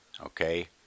okay